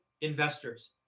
investors